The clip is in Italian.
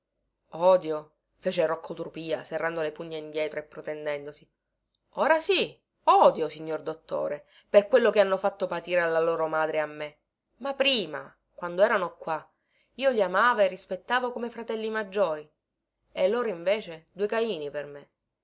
odio fece rocco trupìa serrando le pugna indietro e protendendosi ora sì odio signor dottore per quello che hanno fatto patire alla loro madre e a me ma prima quando erano qua io li amavo e rispettavo come fratelli maggiori e loro invece due caini per me